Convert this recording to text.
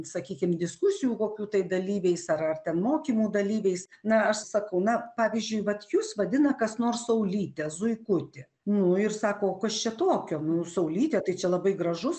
sakykim diskusijų kokių tai dalyviais ar ar ten mokymų dalyviais na aš sakau na pavyzdžiui vat jus vadina kas nors saulyte zuikuti nu ir sako o kas čia tokio nu saulytė tai čia labai gražus